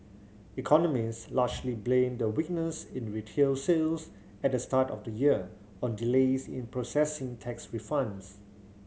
economist largely blame the weakness in retail sales at the start of the year on delays in processing tax refunds